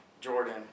Jordan